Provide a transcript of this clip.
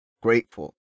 grateful